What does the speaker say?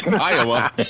Iowa